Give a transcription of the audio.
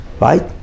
right